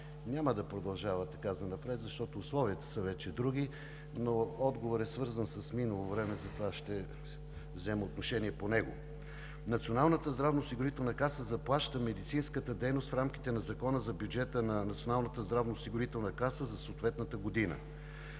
Няма да продължава така занапред, защото условията вече са други, но отговорът е свързан с минало време, затова ще взема отношение по него. Националната здравноосигурителна каса заплаща медицинската дейност в рамките на Закона за бюджета на Националната здравноосигурителна каса за съответната година.